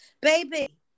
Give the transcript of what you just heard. baby